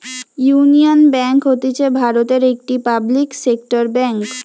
union bank হতিছে ভারতের একটি পাবলিক সেক্টর বেঙ্ক